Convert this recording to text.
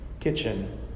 kitchen